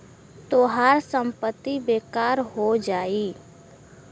तोहार संपत्ति बेकार हो जाई